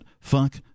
fuck